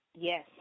Yes